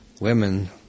Women